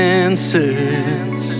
answers